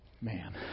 man